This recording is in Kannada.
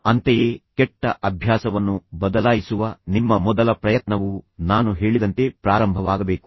ಅಂತೆಯೇ ಕೆಟ್ಟ ಅಭ್ಯಾಸವನ್ನು ಬದಲಾಯಿಸುವ ನಿಮ್ಮ ಮೊದಲ ಪ್ರಯತ್ನವು ನಾನು ಹೇಳಿದಂತೆ ಪ್ರಾರಂಭವಾಗಬೇಕು